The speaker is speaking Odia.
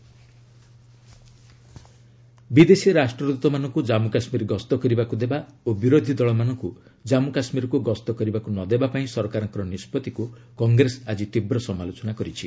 କଂଗ୍ରେସ ଜେକେ ଏନ୍ଭୟସ୍ ବିଦେଶୀ ରାଷ୍ଟ୍ରଦୃତମାନଙ୍କୁ ଜାମ୍ମୁ କାଶ୍ମୀର ଗସ୍ତ କରିବାକୁ ଦେବା ଓ ବିରୋଧୀ ଦଳମାନଙ୍କୁ ଜାଞ୍ଗୁ କାଶ୍ମୀରକୁ ଗସ୍ତ କରିବାକୁ ନ ଦେବା ପାଇଁ ସରକାରଙ୍କ ନିଷ୍ପଭିକୁ କଂଗ୍ରେସ ଆଜି ତୀବ୍ର ସମାଲୋଚନା କରିଛି